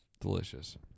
Delicious